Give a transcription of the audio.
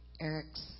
Eric's